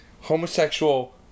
homosexual